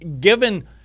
given